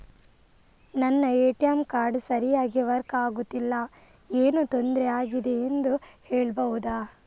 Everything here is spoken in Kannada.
ನನ್ನ ಎ.ಟಿ.ಎಂ ಕಾರ್ಡ್ ಸರಿಯಾಗಿ ವರ್ಕ್ ಆಗುತ್ತಿಲ್ಲ, ಏನು ತೊಂದ್ರೆ ಆಗಿದೆಯೆಂದು ಹೇಳ್ಬಹುದಾ?